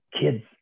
kids